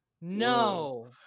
No